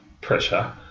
pressure